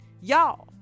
y'all